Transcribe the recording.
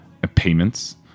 payments